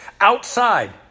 outside